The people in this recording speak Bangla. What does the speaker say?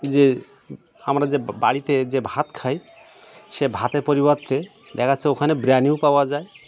যে আমরা যে বাড়িতে যে ভাত খাই সে ভাতের পরিবর্তে দেখা যাচ্ছে ওখানে বিরিয়ানিও পাওয়া যায়